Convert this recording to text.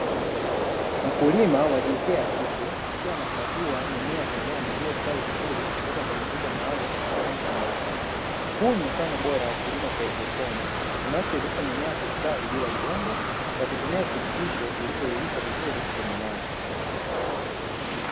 Mkulima wa jinsia ya kike akiwa anakagua mimea ya kijani iliyostawi vizuri kutoka kwenye vyombo maalumu venye rangi nyeupe, huu ni mfano bora wa kilimo cha haidroponi unachowezesha mimea kustawi bila udongo kwa kutumia virutubisho vilivyoyeyushwa vizuri kwenye maji.